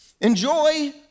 enjoy